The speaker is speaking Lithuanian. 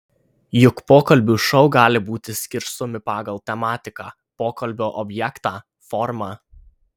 juk pokalbių šou gali būti skirstomi pagal tematiką pokalbio objektą formą